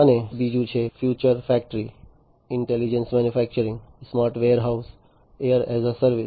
અને બીજું છે ફ્યુચરની factory intelligent manufacturing smart warehousing air as a service